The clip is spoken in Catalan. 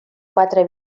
quatre